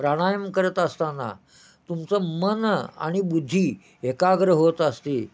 प्राणायाम करत असताना तुमचं मन आणि बुद्धी एकाग्र होत असते